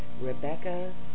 Rebecca